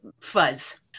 fuzz